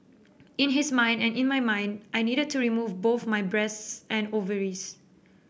in his mind and in my mind I needed to remove both my breasts and ovaries